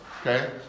okay